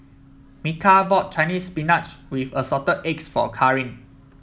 Micah bought Chinese Spinach with Assorted Eggs for Karin